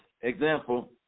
example